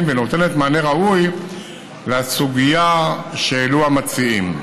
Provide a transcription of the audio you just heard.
ונותנת מענה ראוי לסוגיה שהעלו המציעים.